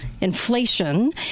inflation